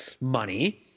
money